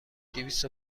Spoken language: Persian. دویست